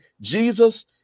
Jesus